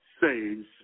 saves